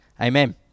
Amen